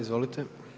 Izvolite.